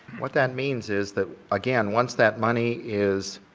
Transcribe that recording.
what that means is that again once that money is